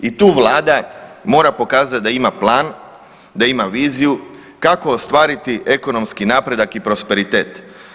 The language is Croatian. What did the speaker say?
I tu Vlada mora pokazati da ima plan, da ima viziju kako ostvariti ekonomski napredak i prosperitet.